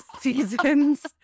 seasons